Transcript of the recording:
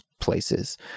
places